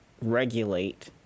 regulate